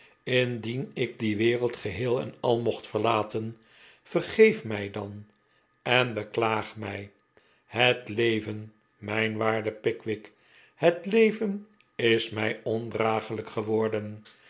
indien ik die wereld geheel en al mc cht verlaten vergeef mij dan en beklaag mij het leven mijn waarde pickwick het leven is mij ondraaglijk geworden